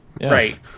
Right